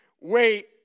wait